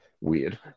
weird